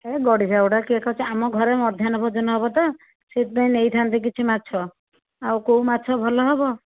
ଏ ଗଡ଼ିଶା ଗୁଡ଼ାକ କିଏ ଖାଉଛି ଆମ ଘରେ ମାଧ୍ୟାନ୍ନ ଭୋଜନ ହେବ ତ ସେଥିପାଇଁ ନେଇଥାଆନ୍ତି କିଛି ମାଛ ଆଉ କେଉଁ ମାଛ ଭଲ ହେବ